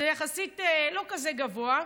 זה לא כזה גבוה,